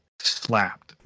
slapped